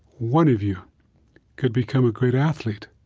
one of you could become a great athlete.